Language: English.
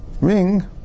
ring